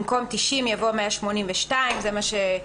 במקום "תשעים" יבוא "182"" על זה הוצבע,